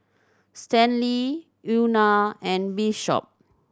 Stanley Una and Bishop